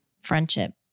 friendship